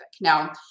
Now